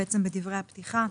בדברי הפתיחה.